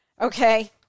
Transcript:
okay